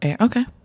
okay